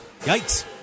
yikes